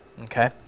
okay